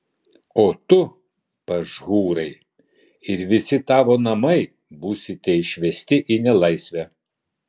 o tu pašhūrai ir visi tavo namai būsite išvesti į nelaisvę